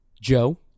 Joe